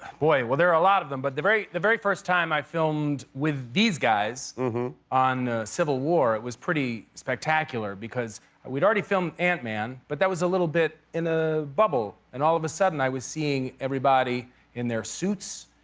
boy. well, there are a lot of them. but the very the very first time i filmed with these guys on civil war, it was pretty spectacular. because we'd already filmed ant-man. but that was a little bit in a bubble. and all of a sudden i was seeing everybody in their suits.